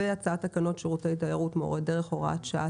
והצעת תקנות שירותי תיירות (מורי דרך) (הוראת שעה),